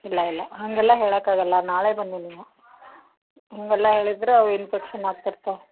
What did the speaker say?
ಇಲ್ಲ ಇಲ್ಲ ಹಾಗಲ್ಲಾ ಹೇಳಕ್ಕಾಗಲ್ಲ ನಾಳೆ ಬನ್ನಿ ನೀವು ಹಾಗಲ್ಲ ಹೇಳಿದ್ರೆ ಅವ ಇನ್ಫೆಕ್ಷನ್ ಆಗ್ತಿರ್ತವೆ